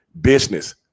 business